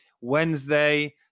wednesday